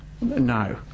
No